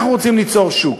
אנחנו רוצים ליצור שוק.